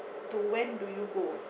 to when do you go